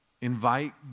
Invite